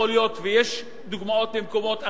יכול להיות שיש דוגמאות במקומות אחרים,